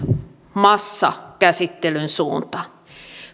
massakäsittelyn suuntaan